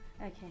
Okay